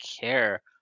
care